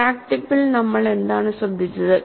crack ടിപ്പിൽ നമ്മൾ എന്താണ് ശ്രദ്ധിച്ചത്